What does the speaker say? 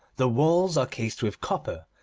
the walls are cased with copper,